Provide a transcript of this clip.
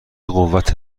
قوت